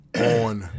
on